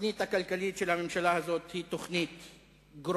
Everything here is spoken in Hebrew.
התוכנית הכלכלית של הממשלה הזאת היא תוכנית גרועה,